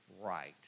right